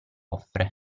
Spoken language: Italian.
offre